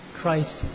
Christ